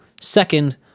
Second